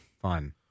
Fun